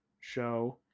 show